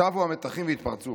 שבו המתחים והתפרצו.